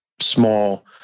small